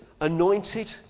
anointed